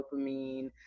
dopamine